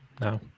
No